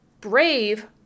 Brave